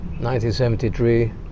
1973